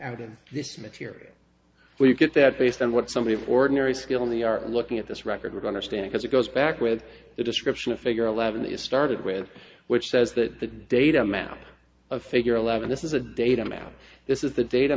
out in this material where you get that based on what somebody ordinary skilled the are looking at this record would understand because it goes back with the description of figure levon is started with which says that the data map of figure eleven this is a datum out this is the data